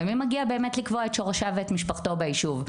ומי מגיע באמת לקבוע את שורשיו ואת משפחתו ביישוב?